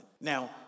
Now